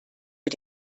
mit